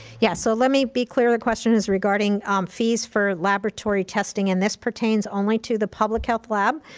yeah, so let me be clear. the question is regarding fees for laboratory testing, and this pertains only to the public health lab,